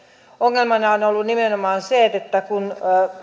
ongelmana on ollut nimenomaan se että